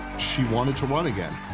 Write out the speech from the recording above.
she wanted to run again,